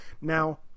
Now